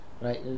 right